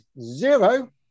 zero